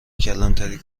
کلانتری